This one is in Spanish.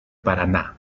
paraná